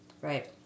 Right